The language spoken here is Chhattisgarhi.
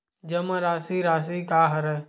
जमा राशि राशि का हरय?